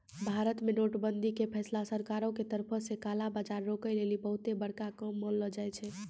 भारत मे नोट बंदी के फैसला सरकारो के तरफो से काला बजार रोकै लेली बहुते बड़का काम मानलो जाय छै